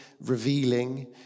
revealing